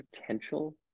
potential